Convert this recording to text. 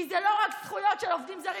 כי זה לא רק זכויות של עובדים זרים,